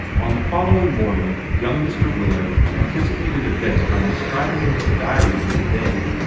on the following morning young mr. ware anticipated events by inscribing in his diary for the day,